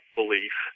belief